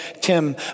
Tim